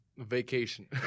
Vacation